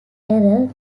error